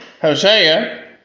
Hosea